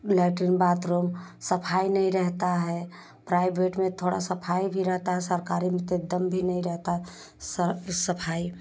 लेटिंग bathroom सफ़ाई नहीं रहता है प्राइवेट में थोड़ा सफ़ाई भी रहता है सरकारी में तो एकदम भी नहीं रहता है स सफ़ाई